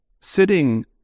sitting